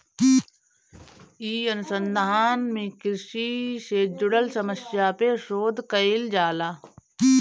इ अनुसंधान में कृषि से जुड़ल समस्या पे शोध कईल जाला